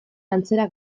antzera